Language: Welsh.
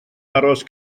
aros